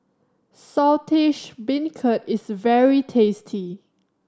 Saltish Beancurd is very tasty